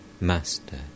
Master